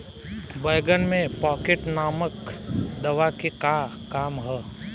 बैंगन में पॉकेट नामक दवा के का काम ह?